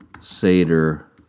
Seder